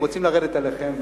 רוצים לרדת עליכם,